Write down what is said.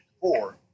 four